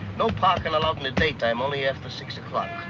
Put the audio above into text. no parking allowed in the daytime, only after six o'clock.